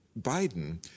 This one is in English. Biden